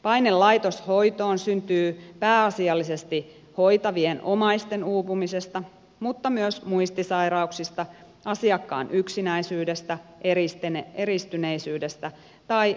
paine laitoshoitoon syntyy pääasiallisesti hoitavien omaisten uupumisesta mutta myös muistisairauksista asiakkaan yksinäisyydestä eristyneisyydestä tai alakulosta